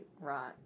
Right